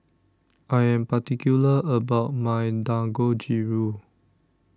I Am particular about My Dangojiru